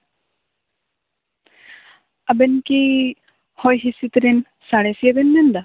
ᱟᱵᱮᱱ ᱠᱤ ᱦᱚᱭ ᱦᱤᱸᱥᱤᱫ ᱨᱮᱱ ᱥᱟᱬᱮᱥᱤᱭᱟᱹ ᱵᱮᱱ ᱢᱮᱱᱫᱟ